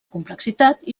complexitat